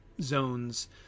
zones